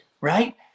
right